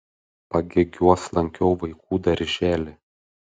pagėgiuos lankiau vaikų darželį